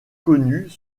connus